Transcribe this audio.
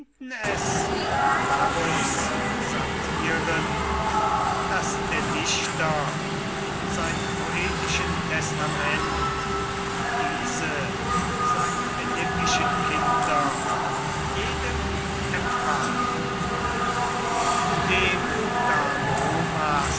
es varros satiren daß der dichter in seinem poetischen testament diese seine menippischen kinder jedem empfahl dem da romas